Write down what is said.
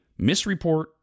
misreport